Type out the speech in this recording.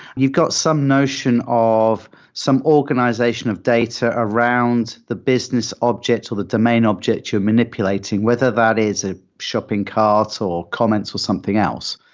you've got some notion of some organization of data around the business object or the domain object you're manipulating, whether that is a shopping cart, or comments, or something else.